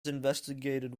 investigated